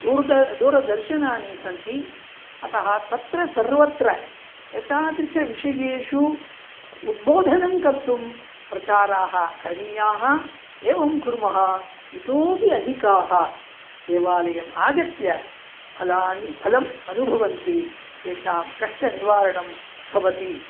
दूरः दूरदर्शनानि सन्ति अतः तत्र सर्वत्र एतादृशः विषयेषु उद्बोधनं कर्तुं प्रचाराः करणीयाः एवं कुर्मः इतोऽपि अधिकाः देवालयम् आगत्य फलानि फलानि अनुभवन्ति तेषां कष्टनिवारणं भवति